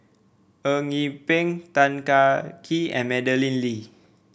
Eng Yee Peng Tan Kah Kee and Madeleine Lee